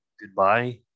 goodbye